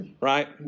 right